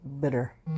bitter